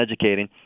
educating